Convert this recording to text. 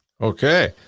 Okay